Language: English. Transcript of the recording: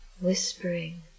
whispering